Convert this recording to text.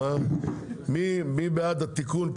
מי בעד התיקון,